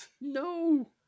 no